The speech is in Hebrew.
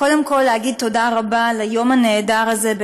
קודם כול להגיד תודה רבה על היום הנהדר הזה,